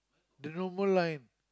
the normal line